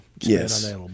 Yes